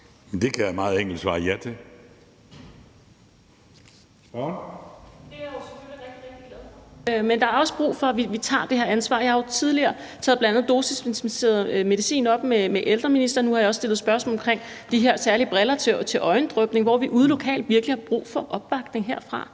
rigtig, rigtig glad for. Men der er også brug for, at vi tager det her ansvar. Jeg har jo tidligere taget bl.a. dosisdispenseret medicin op med ældreministeren. Nu har jeg også stillet spørgsmål omkring de her særlige briller til øjendrypning. Ude lokalt har vi virkelig brug for opbakning herfra.